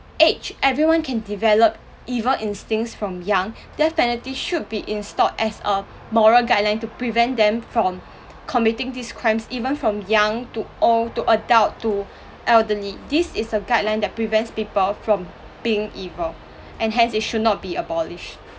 age everyone can develop evil instincts from young death penalty should be installed as a moral guideline to prevent them from committing these crimes even from young to old to adult to elderly this is a guideline that prevents people from being evil and hence it should not be abolished